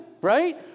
right